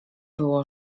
było